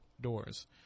doors